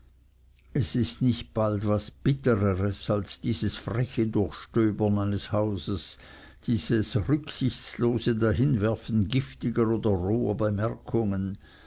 es ist nicht bald was bittereres als dieses freche durchstöbern eines hauses dieses rücksichtslose dahinwerfen giftiger oder roher bemerkungen